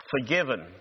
forgiven